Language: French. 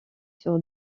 sur